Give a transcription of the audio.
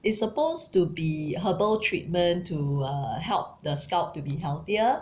it's supposed to be herbal treatment to uh help the scalp to be healthier